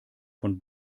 von